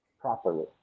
properly